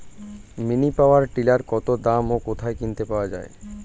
Mini power tiller কত দাম ও কোথায় কিনতে পাওয়া যায়?